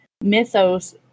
Mythos